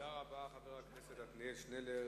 תודה רבה לחבר הכנסת עתניאל שנלר.